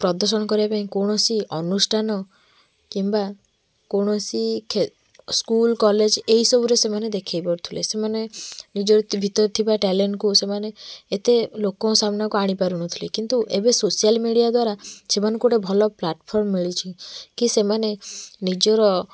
ପ୍ରଦର୍ଶନ କରିବା ପାଇଁ କୌଣସି ଅନୁଷ୍ଠାନ କିମ୍ବା କୌଣସି କ୍ଷେ ସ୍କୁଲ କଲେଜ ଏହି ସବୁରେ ସେମାନେ ଦେଖାଇ ପାରୁଥିଲେ ସେମାନେ ନିଜର ଭିତରେ ଥିବା ଟାଲେଣ୍ଟ୍କୁ ସେମାନେ ଏତେ ଲୋକଙ୍କ ସାମ୍ନାରେ ଆଣି ପାରୁନଥିଲେ କିନ୍ତୁ ଏବେ ସୋସିଆଲ୍ ମିଡ଼ିଆ ଦ୍ୱାରା ସେମାନଙ୍କୁ ଗୋଟେ ଭଲ ପ୍ଲାଟଫର୍ମ୍ ମିଳିଛି କି ସେମାନେ ନିଜର